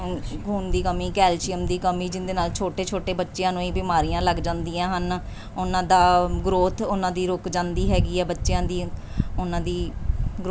ਖੂਨ ਦੀ ਕਮੀ ਕੈਲਸ਼ੀਅਮ ਦੀ ਕਮੀ ਜਿਹਦੇ ਨਾਲ ਛੋਟੇ ਛੋਟੇ ਬੱਚਿਆਂ ਨੂੰ ਇਹ ਬਿਮਾਰੀਆਂ ਲੱਗ ਜਾਂਦੀਆਂ ਹਨ ਉਹਨਾਂ ਦਾ ਗਰੋਥ ਉਹਨਾਂ ਦੀ ਰੁਕ ਜਾਂਦੀ ਹੈਗੀ ਆ ਬੱਚਿਆਂ ਦੀ ਉਹਨਾਂ ਦੀ ਗਰੋ